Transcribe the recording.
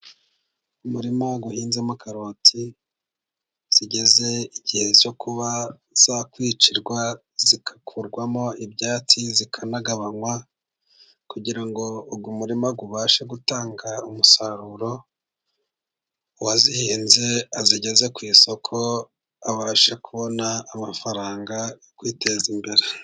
Umurima uhinzemo karoti zigeze igihe zo kuba zakwicirwa ,zigakumo ibyatsi, zikanagabanywa kugira ngo umurima ubashe gutanga umusaruro, uwazihize azigeze ku isoko, abashe kubona amafaranga yo kwiteza imbere.